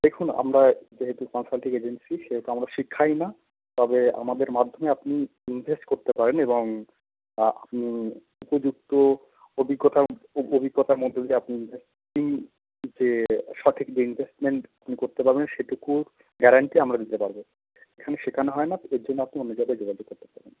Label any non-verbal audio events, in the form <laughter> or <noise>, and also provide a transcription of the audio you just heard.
দেখুন আমরা যেহেতু কনসাল্টিং এজেন্সি সেহেতু আমরা শেখাই না তবে আমাদের মাধ্যমে আপনি ইনভেস্ট করতে পারেন এবং আপনি উপযুক্ত অভিজ্ঞতা অভিজ্ঞতার মধ্যে দিয়ে আপনি <unintelligible> যে সঠিক যে ইনভেস্টমেন্ট আপনি করতে পারবেন সেটুকু গ্যারান্টি আমরা দিতে পারব এখানে শেখানো হয় না এর জন্য আপনি অন্য জায়গায় যোগাযোগ করতে পারেন